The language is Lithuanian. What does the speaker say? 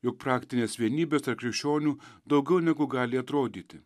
jog praktinės vienybės tarp krikščionių daugiau negu gali atrodyti